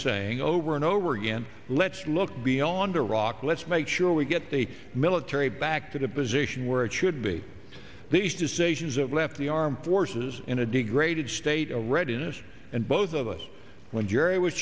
saying over and over again let's look beyond iraq let's make sure we get the military back to the position where it should be these decisions that left the armed forces in a degraded state of readiness and both of us when jerry w